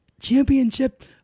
Championship